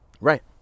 Right